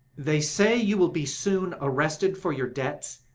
they say you will be soon arrested for your debts,